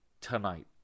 tonight